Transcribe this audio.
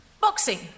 Boxing